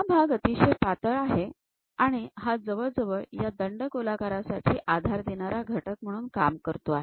हा भाग अतिशय पातळ आहे आणि हा जवळजवळ या दंडगोलाकारासाठी आधार देणारा घटक म्हणून काम करतो आहे